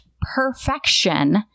perfection